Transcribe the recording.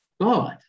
God